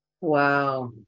Wow